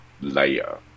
layer